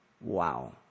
Wow